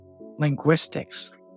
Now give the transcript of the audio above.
Linguistics